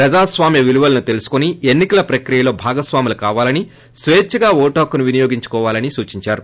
ప్రజా స్వామ్య విలువలను తెలుసుకుని పెన్నిక ప్రక్రియల భాగస్వామ్యులు కావాలని స్వచ్చగా ్ ఓటు హక్కును వినియోగించుకోవాలని సూచిందారు